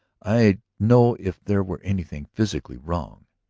i'd know if there were anything physically wrong.